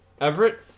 Everett